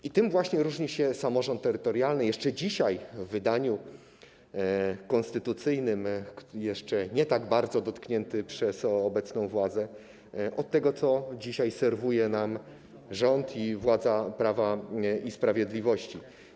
I tym właśnie różni się samorząd terytorialny, jeszcze dzisiaj w wydaniu konstytucyjnym, jeszcze nie tak bardzo dotknięty przez obecną władzę, od tego, co dzisiaj serwują nam rząd i władza Prawa i Sprawiedliwości.